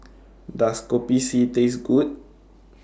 Does Kopi C Taste Good